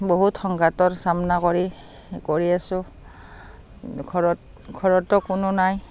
বহুত সংঘাতৰ চামনা কৰি কৰি আছোঁ ঘৰত ঘৰতো কোনো নাই